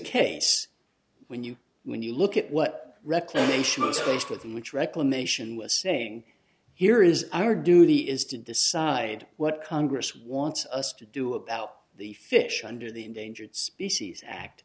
case when you when you look at what reclamation is faced with and which reclamation was saying here is our duty is to decide what congress wants us to do about the fish under the endangered species act